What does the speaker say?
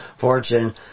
fortune